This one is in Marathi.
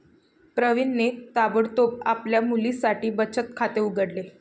प्रवीणने ताबडतोब आपल्या मुलीसाठी बचत खाते उघडले